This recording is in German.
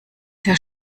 sehr